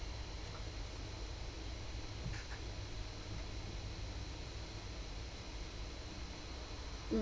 mm~